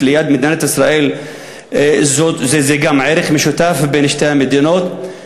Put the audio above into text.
ליד מדינת ישראל גם הוא ערך משותף לשתי המדינות?